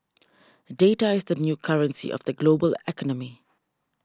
data is the new currency of the global economy